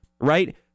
Right